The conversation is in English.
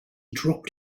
dropped